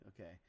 Okay